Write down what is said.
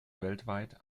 weltweit